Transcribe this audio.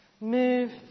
move